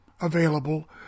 available